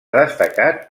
destacat